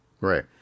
right